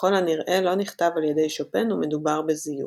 ככל הנראה לא נכתב על ידי שופן ומדובר בזיוף.